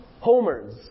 homers